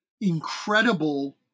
incredible